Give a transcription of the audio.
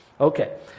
Okay